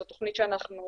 זו תוכנית שאנחנו